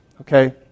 okay